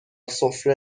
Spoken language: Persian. سفره